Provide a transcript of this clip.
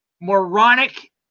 moronic